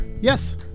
Yes